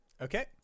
Okay